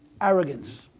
arrogance